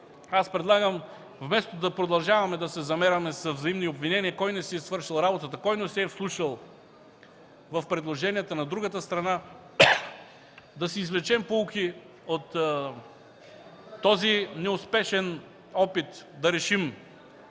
аз предлагам вместо да продължаваме да се „замеряме” с взаимни обвинения кой не си е свършил работата, кой не се е вслушал в предложенията на другата страна, да си извлечем поуки от неуспешния опит да решим